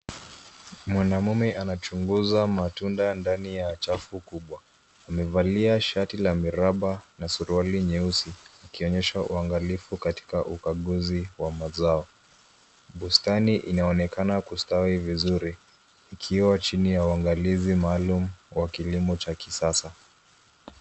Mwanamume anachunguza matunda ndani ya chafu kubwa. Amevalia shati la miraba na suruali nyeusi, akionyesha uangalifu katika ukaguzi wa mazao. Bustani inaonekana kustawi vizuri, ikiwa chini ya uangalizi maalum wa kilimo cha kisasa.